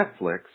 Netflix